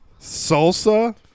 Salsa